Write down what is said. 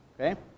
Okay